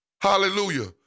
hallelujah